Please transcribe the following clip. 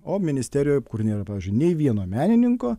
o ministerijoj kur nėra nei vieno menininko